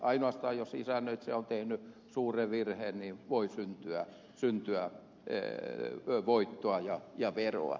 ainoastaan jos isännöitsijä on tehnyt suuren virheen voi syntyä voittoa ja veroa